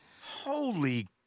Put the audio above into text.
Holy